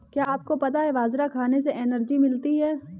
क्या आपको पता है बाजरा खाने से एनर्जी मिलती है?